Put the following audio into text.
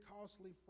costly